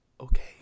Okay